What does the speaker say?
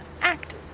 act